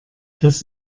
das